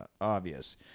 obvious